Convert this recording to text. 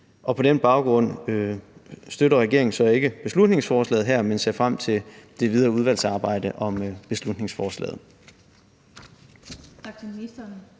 På den baggrund støtter regeringen så ikke beslutningsforslaget her, men ser frem til det videre udvalgsarbejde om beslutningsforslaget.